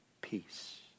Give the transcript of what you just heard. peace